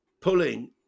pulling